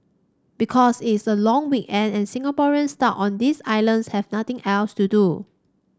because it's the long weekend and Singaporeans stuck on this islands have nothing else to do